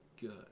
good